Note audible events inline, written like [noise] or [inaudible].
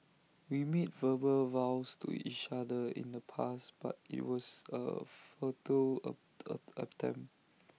we made verbal vows to each other in the past but IT was A futile [hesitation] attempt